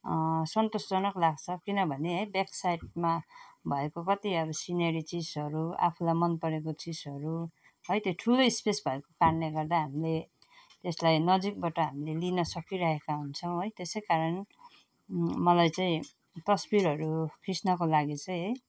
सन्तोषजनक लाग्छ किनभने है ब्याकसाइडमा भएको कति अब सिनेरी चिजहरू आफूलाई मन परेको चिजहरू है त्यो ठुलो स्पेस भएको कारणले गर्दा हामीले त्यसलाई नजिकबाट हामीले लिन सकिरहेका हुन्छौँ है त्यस कारण मलाई चाहिँ तस्बिरहरू खिच्नको लागि चाहिँ है